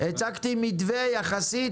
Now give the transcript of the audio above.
הצגתי מתווה מידתי יחסית,